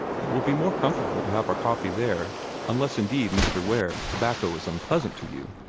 it will be more comfortable to have our coffee there unless indeed, mr. ware, tobacco is unpleasant to you?